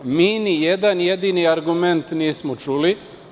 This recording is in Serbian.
Mi nijedan jedini argument nismo čuli.